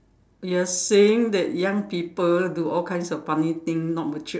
you're saying that young people do all kinds of funny thing not matured